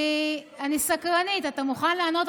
אני סקרנית, אתה מוכן לענות?